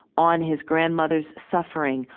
on his grandmother's suffering,